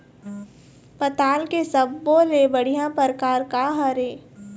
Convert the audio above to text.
पताल के सब्बो ले बढ़िया परकार काहर ए?